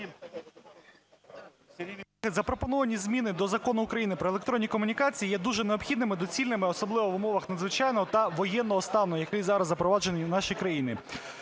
Запропоновані зміни до Закону України "Про електронні комунікації" є дуже необхідними і доцільними, особливо в умовах надзвичайного та воєнного стану, який зараз запроваджений в нашій країні.